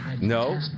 No